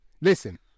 listen